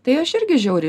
tai aš irgi žiauriai